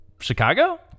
chicago